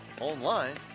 Online